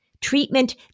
Treatment